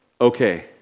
okay